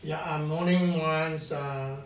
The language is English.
yeah ah morning wise